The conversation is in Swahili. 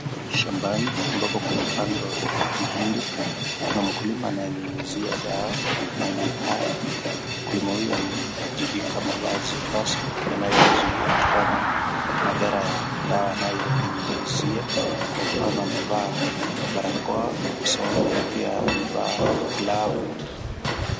Shambani ambapo pamepandwa mahindi, kuna mkulima anayenyunyizia dawa mahindi hayo, mkulima huyu amejivika mavazi rasmi yanayomzuia kutoka madhara ya dawa anayoinyunyizia, kwa mfano amevaa barakoa usoni na pia amevaa glavu.